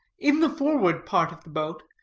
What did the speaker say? in the forward part of the boat,